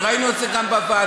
וראינו את זה גם בוועדה,